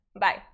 bye